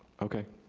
okay,